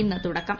ഇന്ന് തുടക്കം